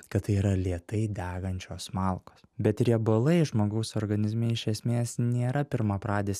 kad tai yra lėtai degančios malkos bet riebalai žmogaus organizme iš esmės nėra pirmapradės